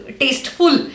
tasteful